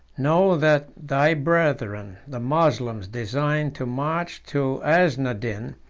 know that thy brethren the moslems design to march to aiznadin,